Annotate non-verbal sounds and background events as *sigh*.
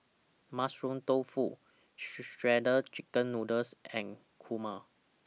Mushroom Tofu *noise* Shredded Chicken Noodles and Kurma